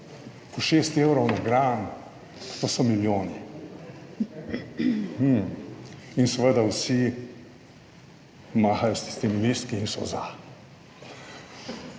6 evrov na gram, pa so milijoni. In seveda vsi mahajo s tistimi listki in so za.